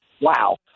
Wow